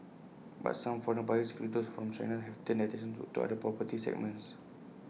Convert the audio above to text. but some foreign buyers including those from China have turned their attention to other property segments